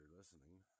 listening